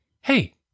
hey